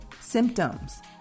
symptoms